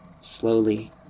Slowly